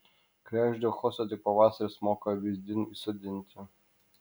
kregždžių chaosą tik pavasaris moka vyzdin įsodinti